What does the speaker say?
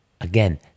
again